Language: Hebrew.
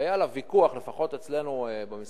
שהיה עליו ויכוח לפחות אצלנו במשרד,